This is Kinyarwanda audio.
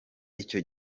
icyo